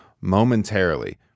momentarily